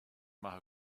maith